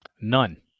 None